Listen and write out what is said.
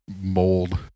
mold